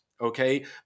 Okay